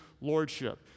lordship